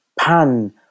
pan